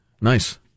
nice